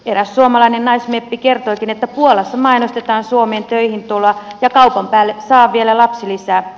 eräs suomalainen naismeppi kertoikin että puolassa mainostetaan suomeen töihin tuloa ja kaupan päälle saa vielä lapsilisää